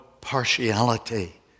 partiality